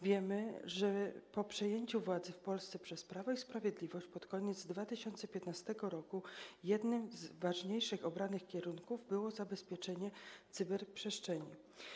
Wiemy, że po przejęciu władzy w Polsce przez Prawo i Sprawiedliwość pod koniec 2015 r. jednym z ważniejszych obranych kierunków było zabezpieczenie cyberprzestrzeni.